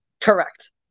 Correct